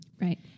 Right